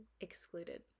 excluded